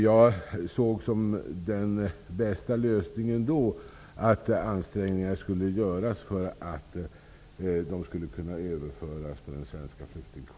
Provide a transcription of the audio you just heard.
Jag såg såsom den bästa lösningen då att ansträngningar skulle göras för att de skulle kunna överföras på den svenska flyktingkvoten.